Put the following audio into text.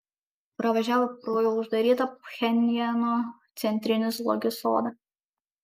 pravažiavo pro jau uždarytą pchenjano centrinį zoologijos sodą